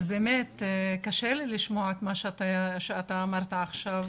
אז באמת קשה לי לשמוע את מה שאתה אמרת עכשיו.